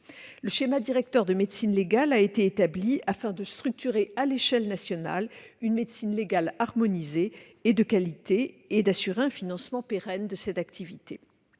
Le schéma directeur de la médecine légale a été établi afin de structurer à l'échelle nationale une médecine légale harmonisée et de qualité et d'assurer un financement pérenne de cette activité.